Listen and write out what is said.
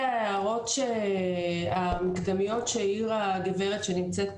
ההערות המקדמיות שהעירה הגברת שנמצאת